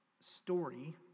story